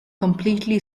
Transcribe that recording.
completely